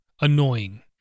annoying